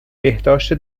بهداشت